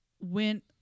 went